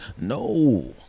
no